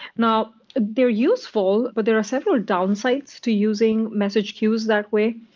now, they're useful but there are several downsides to using message queues that way.